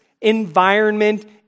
environment